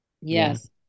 Yes